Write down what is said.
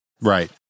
right